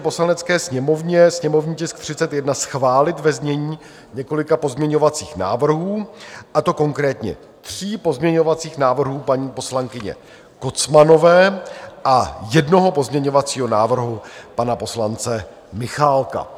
Poslanecké sněmovně sněmovní tisk 31 schválit ve znění několika pozměňovacích návrhů, a to konkrétně tří pozměňovacích návrhů paní poslankyně Kocmanové a jednoho pozměňovacího návrhu pana poslance Michálka.